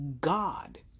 God